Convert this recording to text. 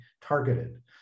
targeted